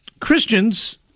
Christians